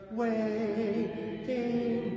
waiting